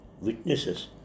witnesses